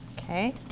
Okay